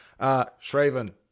Shraven